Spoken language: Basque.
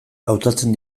hautatzen